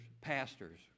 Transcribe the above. pastors